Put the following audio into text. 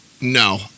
No